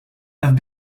have